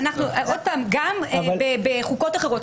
גם בחוקות אחרות,